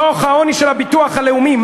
דוח העוני של הביטוח הלאומי,